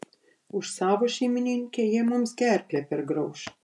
už savo šeimininkę jie jums gerklę pergrauš